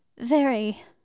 Very